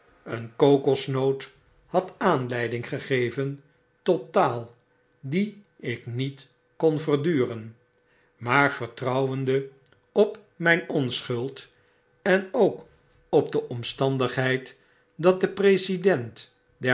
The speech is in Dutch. een kokosnoot had aanleiding gegeven tot taaldie ik niet kon verduren maar vertrouwende op inleidende roman van den heer william tinkling myn onschuld en ook op de omstandigheid dat de president